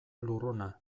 lurruna